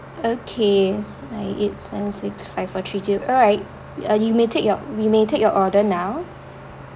okay nine eight seven six five four three two alright uh you may take your we may take your order now